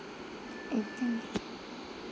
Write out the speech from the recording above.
I think